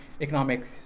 economic